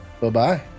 Bye-bye